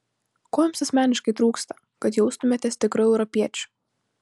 ko jums asmeniškai trūksta kad jaustumėtės tikru europiečiu